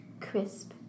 Crisp